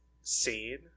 scene